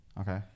Okay